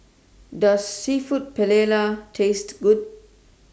Does Seafood Paella Taste Good